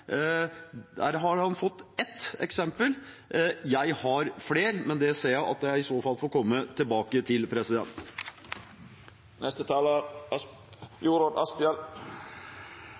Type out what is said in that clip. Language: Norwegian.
har flere, men det ser jeg at jeg i så fall får komme tilbake til.